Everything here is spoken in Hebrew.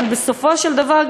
אבל בסופו של דבר,